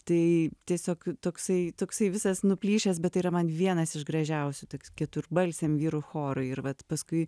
tai tiesiog toksai toksai visas nuplyšęs bet tai yra man vienas iš gražiausių toks keturbalsiam vyrų chorui ir vat paskui